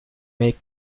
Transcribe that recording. may